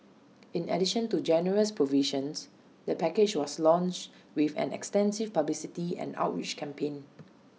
in addition to generous provisions the package was launched with an extensive publicity and outreach campaign